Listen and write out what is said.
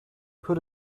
put